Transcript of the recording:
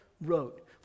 wrote